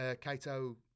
Cato